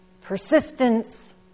persistence